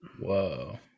whoa